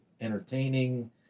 entertaining